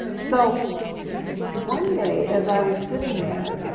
so one day as i was sitting there